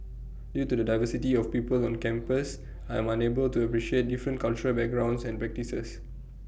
due to the diversity of people on campus I am unable to appreciate different cultural backgrounds and practices